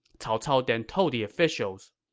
cao cao then told the officials,